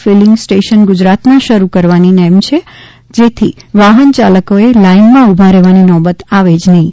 filling station ગુજરાતમાં શરૂ કરવાની નેમ છે જેથી વાહનચાલકોએ લાઇનમાં ઊભા રહેવાની નોબત આવે જ નહીં